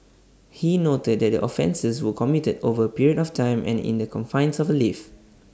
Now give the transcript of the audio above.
he noted that the offences were committed over A period of time and in the confines of A lift